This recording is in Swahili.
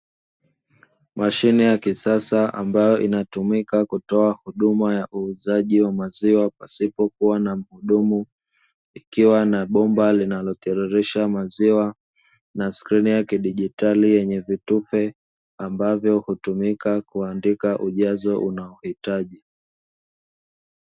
Mashine ya kisasa ambayo inatumika kutoa huduma ya uuzaji wa maziwa pasipo kuwa na mhudumu, ikiwa na bomba linalotirisisha maziwa na skrini ya kidigitali yenye vitufe ambavyo hutumika kuandika ujazo unaohitaji.